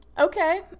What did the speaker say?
okay